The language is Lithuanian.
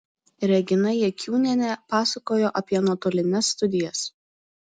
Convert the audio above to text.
regina jakiūnienė pasakojo apie nuotolines studijas